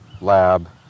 lab